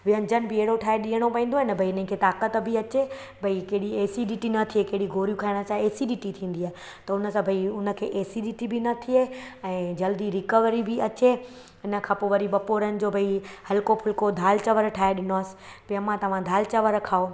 व्यंजन बि अहिड़ो ठाहे ॾियणो पवंदो आहे न बई हिन खे ताक़त बि अचे बई कंहिं ॾींहुं एसीडीटी न थिए कहिड़ी गोरियूं खाइण सां एसीडीटी थींदी आहे त हुन सां बई उन खे एसीडीटी बि न थिए ऐं जल्दी रीकवरी बि अचे इन खां पोइ वरी बपोरन जो बई हलको फुलको दाल चांवरु ठाहे ॾिनोमांसि की अम्मां तव्हां दाल चांवरु खाओ